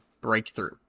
breakthrough